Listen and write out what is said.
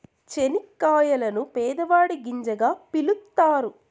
చనిక్కాయలను పేదవాడి గింజగా పిలుత్తారు